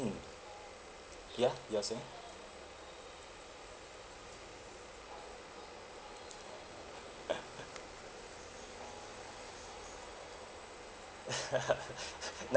mm ya you are saying